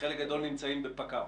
חלק גדול נמצאים בפקע"ר?